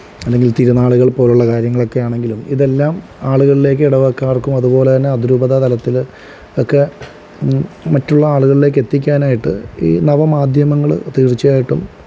അല്ലെങ്കില് തിരുനാളുകൾ പോലുള്ള കാര്യങ്ങളൊക്കെ ആണെങ്കിലും ഇതെല്ലാം ആളുകളിലേക്കും ഇടവകക്കാര്ക്കും അതുപോലെതന്നെ അതിരൂപതാ തലത്തില് ഒക്കെ മറ്റുള്ള ആളുകളിലേക്കെത്തിക്കാനായിട്ട് ഈ നവമാധ്യമങ്ങള് തീര്ച്ചയായിട്ടും